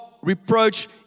reproach